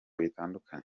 bitandukanye